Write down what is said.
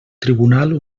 tribunal